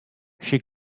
she